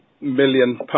million